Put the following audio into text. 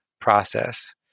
process